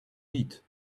meat